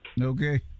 Okay